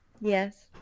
Yes